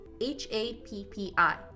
H-A-P-P-I